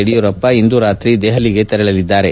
ಯಡಿಯೂರಪ್ಪ ಇಂದು ರಾತ್ರಿ ದೆಹಲಿಗೆ ತೆರಳಲಿದ್ದಾರೆ